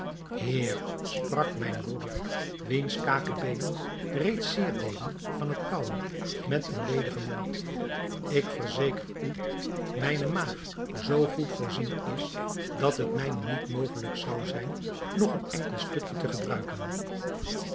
heer sprak mijn broeder wiens kakebeenen reeds zeer deden van het kaauwen met een ledigen mond ik verzeker u mijne maag zoo goed voorzien is dat het mij niet mogelijk zou zijn nog een enkel stukje te gebruiken